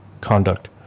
conduct